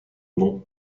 nom